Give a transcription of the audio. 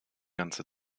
ganze